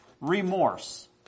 Remorse